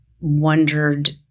wondered